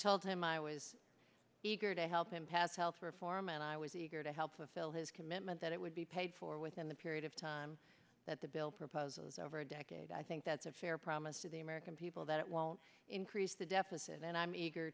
told him i was eager to help him pass health reform and i was eager to help fulfill his commitment that it would be paid for within the period of time that the bill proposes over a decade i think that's a fair promise to the american people that it won't increase the deficit and i'm eager